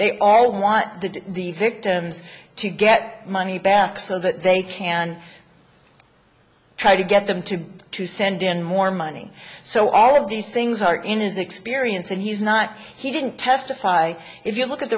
they all want to the victims to get money back so that they can try to get them to to send in more money so all of these things are in his experience and he's not he didn't testify if you look at